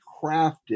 crafted